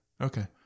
Okay